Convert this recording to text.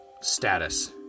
status